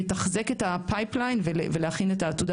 לתחזק את ה- pipelineולהכין את העתודה